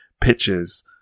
pictures